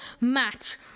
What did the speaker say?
match